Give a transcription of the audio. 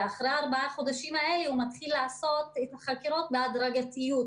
אחרי ארבעת החודשים האלה הוא מתחיל לעשות את החקירות בהדרגתיות,